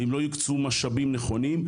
ואם לא יוקצו משאבים נכונים,